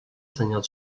senyal